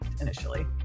initially